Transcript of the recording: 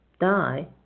die